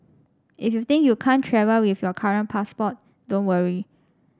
if you think you can't travel with your current passport don't worry